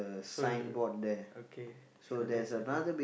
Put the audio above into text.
so okay so that's a diff~